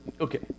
Okay